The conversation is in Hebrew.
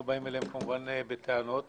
לא באים אליהם בטענות כמובן,